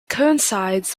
coincides